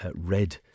Red